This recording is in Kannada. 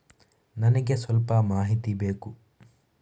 ನನಿಗೆ ಸ್ವಲ್ಪ ಮಾಹಿತಿ ಬೇಕು